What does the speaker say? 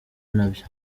nabyo